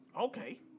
Okay